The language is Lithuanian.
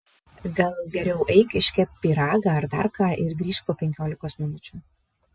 gal geriau eik iškepk pyragą ar dar ką ir grįžk po penkiolikos minučių